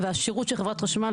והשירות של חברת חשמל,